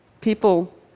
People